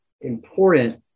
important